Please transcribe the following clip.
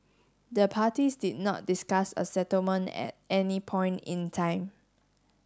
the parties did not discuss a settlement at any point in time